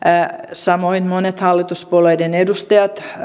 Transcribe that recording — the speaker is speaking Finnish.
samoin monet hallituspuolueiden edustajat